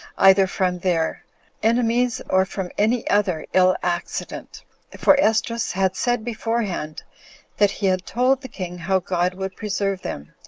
either from their enemies, or from any other ill accident for esdras had said beforehand that he had told the king how god would preserve them,